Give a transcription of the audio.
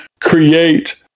create